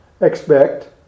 expect